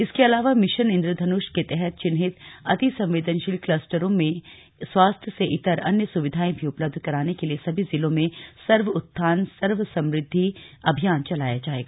इसके अलावा मिशन इन्द्रधनुष के तहत चिन्हित अति संवेदनशील क्लस्टरों में स्वास्थ्य से इतर अन्य सुविधाएं भी उपलब्ध कराने के लिए सभी जिलों में सर्व उत्थान सर्व समृद्धि अभियान चलाया जाएगा